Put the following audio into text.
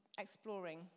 exploring